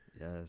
Yes